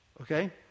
okay